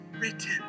written